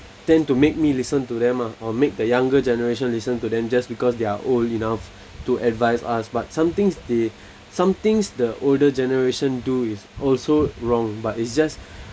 tend to make me listen to them ah or make the younger generation listen to them just because they are old enough to advise us but some things they some things the older generation do is also wrong but it's just